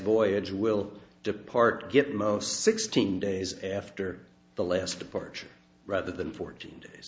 voyage will depart get most sixteen days after the last departure rather than fourteen days